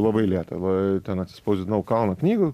labai lėta va ten atsispausdinau kalną knygų